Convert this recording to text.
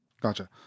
Gotcha